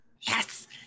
Yes